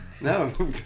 No